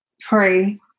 pray